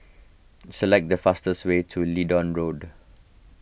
select the fastest way to Leedon Road